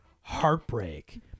heartbreak